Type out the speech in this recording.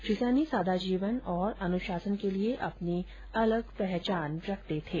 श्री सैनी सादा जीवन और अनुशासन के लिये अपनी अलग पहचान रखते थे